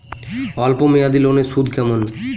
অল্প মেয়াদি লোনের সুদ কেমন?